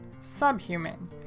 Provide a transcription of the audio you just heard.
subhuman